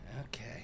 Okay